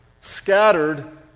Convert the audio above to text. scattered